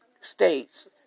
states